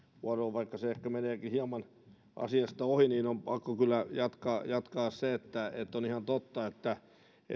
vaikka se ehkä meneekin hieman asiasta ohi on pakko kyllä jatkaa se on ihan totta että